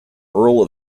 earl